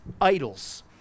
idols